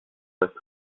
reste